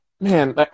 man